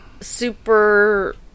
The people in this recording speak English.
super